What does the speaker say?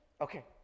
Okay